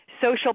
social